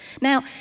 Now